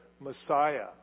Messiah